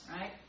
right